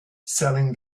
selling